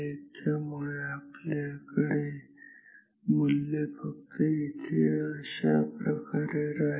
त्यामुळे आपल्याकडे मूल्य फक्त इथे अशाप्रकारेच राहतील